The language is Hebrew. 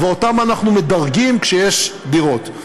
ואותם אנחנו מדרגים כשיש דירות.